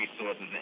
resources